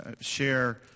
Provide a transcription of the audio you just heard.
share